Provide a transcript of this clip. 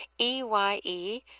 E-Y-E